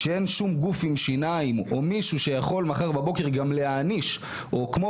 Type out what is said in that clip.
כשאין שום גוף עם שיניים או מישהו שיכול מחר בבוקר גם להעניש או כמו